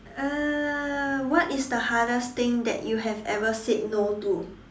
uh what is the hardest thing that you have ever said no to